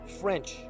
French